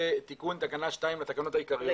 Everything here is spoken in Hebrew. תיקון תקנה 2 לתקנות העיקריות.